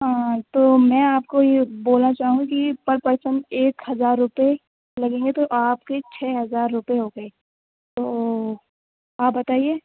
ہاں تو میں آپ کو یہ بولنا چاہوں گی کہ پر پرسن ایک ہزار روپے لگیں گے تو آپ کے چھ ہزار روپے ہو گیے تو آپ بتائیے